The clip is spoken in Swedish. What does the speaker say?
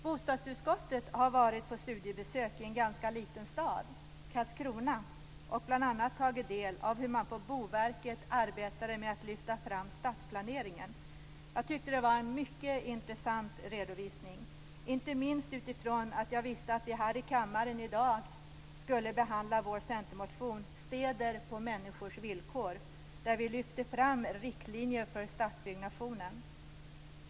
Bostadsutskottet har varit på studiebesök i en ganska liten stad, Karlskrona, och bl.a. tagit del av hur man på Boverket arbetade med att lyfta fram stadsplaneringen. Jag tyckte det var en mycket intressant redovisning, inte minst utifrån att jag visste att vi här i kammaren i dag skulle behandla vår centermotion Städer på människors villkor, där vi lyfter fram riktlinjer för stadsbyggnationen.